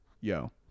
Yo